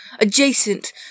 adjacent